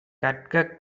கற்க